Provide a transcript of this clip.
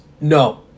no